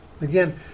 Again